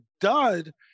dud